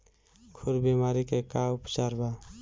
खुर बीमारी के का उपचार बा?